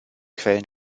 quellen